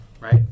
Right